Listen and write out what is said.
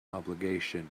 obligation